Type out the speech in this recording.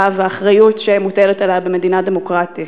והאחריות שמוטלת עליה במדינה דמוקרטית.